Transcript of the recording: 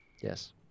Yes